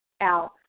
out